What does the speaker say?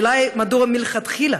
השאלה היא מדוע מלכתחילה.